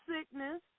sickness